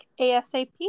ASAP